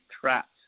trapped